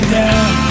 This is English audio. down